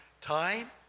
time